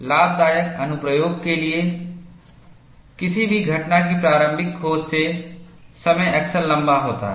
लाभदायक अनुप्रयोग के लिए किसी भी घटना की प्रारंभिक खोज से समय अक्सर लंबा होता है